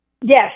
Yes